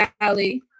valley